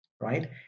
right